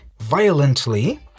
violently